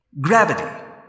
Gravity